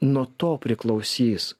nuo to priklausys